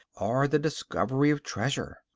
or the discovery of treasure.